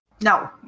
No